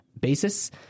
basis